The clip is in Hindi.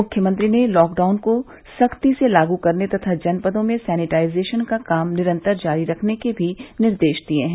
मुख्यमंत्री ने लॉकडाउन को सख्ती से लागू करने तथा जनपदों में सैनिटाइजेशन का काम निरन्तर जारी रखने के भी निर्देश दिये हैं